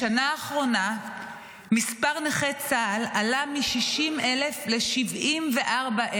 בשנה האחרונה מספר נכי צה"ל עלה מ-60,000 ל-74,000,